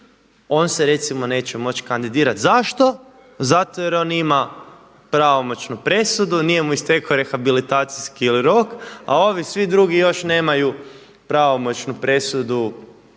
on se recimo neće moći kandidirati. Zašto? Zato jer on ima pravomoćnu presudu, nije mu istekao rehabilitacijski rok, a ovi svi drugi još nemaju pravomoćnu presudu